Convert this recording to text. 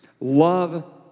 love